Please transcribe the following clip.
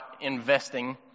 investing